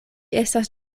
estas